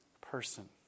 person